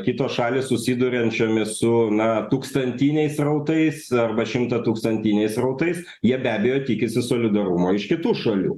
kitos šalys susiduriančiomis su na tūkstantiniais srautais arba šimtatūkstantiniais srautais jie be abejo tikisi solidarumo iš kitų šalių